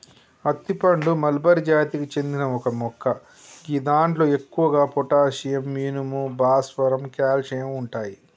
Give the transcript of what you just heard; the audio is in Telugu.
అత్తి పండు మల్బరి జాతికి చెందిన ఒక మొక్క గిదాంట్లో ఎక్కువగా పొటాషియం, ఇనుము, భాస్వరం, కాల్షియం ఉంటయి